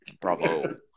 bravo